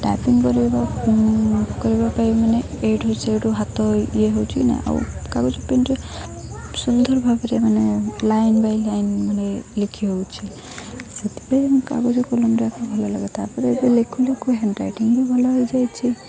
typing କରିବା କରିବା ପାଇଁ ମାନେ ଏଇଠୁ ସେଇଠୁ ହାତ ଇଏ ହେଉଛି ନା ଆଉ କାଗଜ ପେନ୍ରେ ସୁନ୍ଦରଭାବରେ ମାନେ ଲାଇନ ବାଇ ଲାଇନ୍ ମାନେ ଲେଖି ହେଉଛି ସେଥିପାଇଁ କାଗଜ କଲମଟାକୁ ଭଲ ଲାଗେ ତାପରେ ଏବେ ଲେଖୁ ଲେଖୁ ହ୍ୟାଣ୍ଡରାଇଟିଂ ବି ଭଲ ହୋଇଯାଇଛି